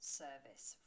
service